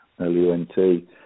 L-U-N-T